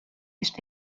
ist